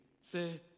Say